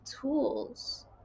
tools